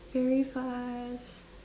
very fast